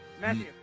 Matthew